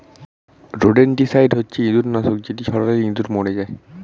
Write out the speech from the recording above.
rodenticide হচ্ছে ইঁদুর নাশক যেটি ছড়ালে ইঁদুর মরে যায়